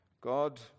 God